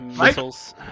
Missiles